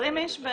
20 איש?